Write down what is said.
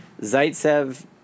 Zaitsev